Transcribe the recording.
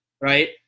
right